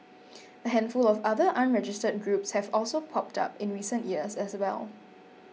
a handful of other unregistered groups have popped up in recent years as well